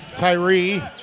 Tyree